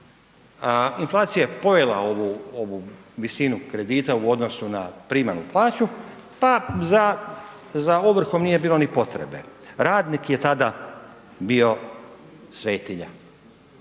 inflacija je pojela ovu visinu kredita u odnosu na primanu plaću pa za ovrhom nije bilo ni potrebe. Radnik je tada bio svetinja